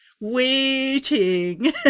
waiting